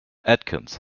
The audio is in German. atkins